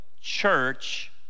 church